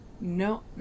No